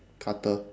cutter